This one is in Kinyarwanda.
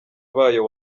bayo